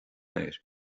air